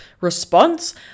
response